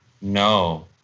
No